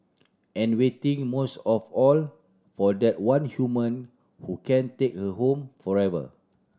and waiting most of all for that one human who can take her home forever